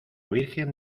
virgen